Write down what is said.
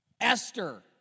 Esther